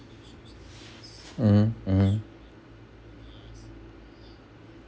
mm mm